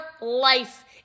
life